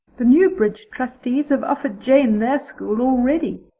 the newbridge trustees have offered jane their school already,